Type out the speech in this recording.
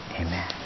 Amen